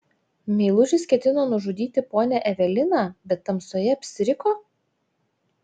meilužis ketino nužudyti ponią eveliną bet tamsoje apsiriko